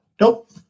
Nope